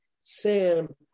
Sam